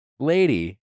lady